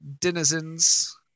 denizens